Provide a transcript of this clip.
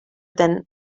than